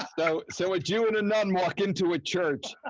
so so a jew and a nun walk into a church.